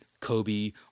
Kobe